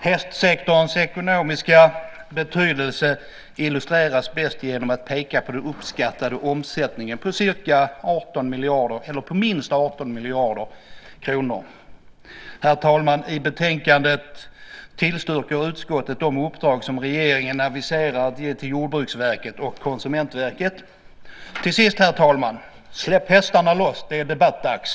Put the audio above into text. Hästsektorns ekonomiska betydelse illustreras bäst genom att peka på dess uppskattade omsättning på minst 18 miljarder kronor. Herr talman! I betänkandet tillstyrker utskottet de uppdrag som regeringen aviserat att ge till Jordbruksverket och Konsumentverket. Till sist, herr talman, släpp hästarna loss! Det är debattdags!